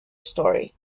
story